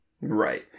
Right